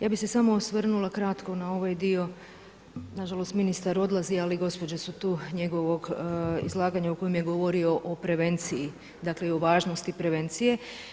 Ja bih se samo osvrnula kratko na ovaj dio, na žalost ministar odlazi, ali gospođe su tu, njegovog izlaganja u kojem je govorio o prevenciji, dakle i o važnosti prevencije.